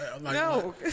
No